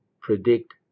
Predict